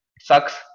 Sucks